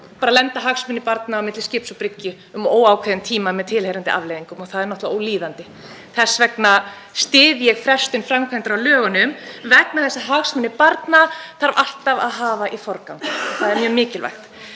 þá lenda hagsmunir barna á milli skips og bryggju um óákveðinn tíma með tilheyrandi afleiðingum. Það er náttúrlega ólíðandi. Þess vegna styð ég frestun framkvæmdar á lögunum vegna þess að hagsmunir barna þurfa alltaf að hafa í forgangi, það er mjög mikilvægt.